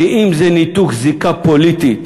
ואם זה ניתוק זיקה פוליטית